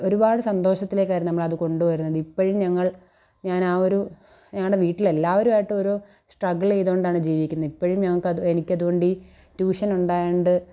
ഒരുപാട് സന്തോഷത്തിലേക്കായിരുന്നു നമ്മൾ അത് കൊണ്ട് വരുന്നത് ഇപ്പോഴും ഞങ്ങൾ ഞാൻ ആ ഒരു ഞങ്ങളുടെ വീട്ടിൽ എല്ലാവരും ആയിട്ടൊരോ സ്ട്രഗിൾ ചെയ്ത്കൊണ്ടാണ് ജീവിക്കുന്നത് ഇപ്പോഴും ഞങ്ങൾക്ക് അത് കൊണ്ട് എനിക്കത് കൊണ്ട് ഈ ട്യൂഷൻ ഉണ്ടായോണ്ട്